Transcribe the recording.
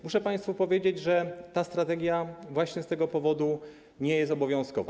Muszę państwu powiedzieć, że ta strategia właśnie z tego powodu nie jest obowiązkowa.